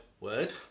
word